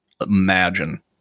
Imagine